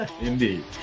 Indeed